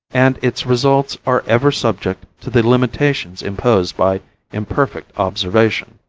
and its results are ever subject to the limitations imposed by imperfect observation.